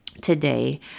today